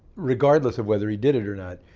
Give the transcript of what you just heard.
regardless of whether he did it or not,